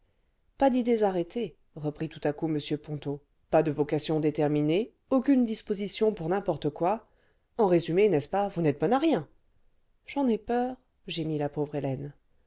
pas d'idées arrêtées reprit tout à coup m ponto pas de vocation déterminée aucune disposition pour n'importe quoi en résumé n'est-ce pas vous n'êtes bonne à rien j'en ai peur gémit la pauvre hélène